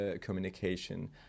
communication